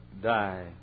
die